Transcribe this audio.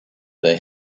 they